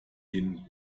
den